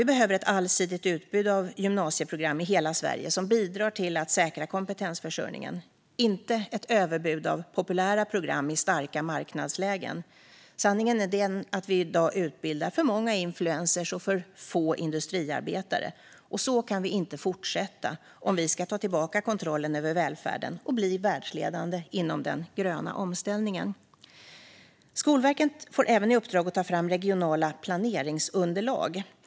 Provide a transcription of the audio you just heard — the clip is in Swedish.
Vi behöver ett allsidigt utbud av gymnasieprogram i hela Sverige, som bidrar till att säkra kompetensförsörjningen - inte ett överutbud av populära program i starka marknadslägen. Sanningen är den att vi i dag utbildar för många influencers och för få industriarbetare. Så kan vi inte fortsätta om vi ska ta tillbaka kontrollen över välfärden och bli världsledande inom den gröna omställningen. Skolverket får även i uppdrag att ta fram regionala planeringsunderlag.